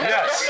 Yes